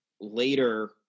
later